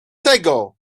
tego